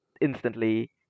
instantly